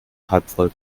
halbvoll